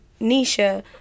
Nisha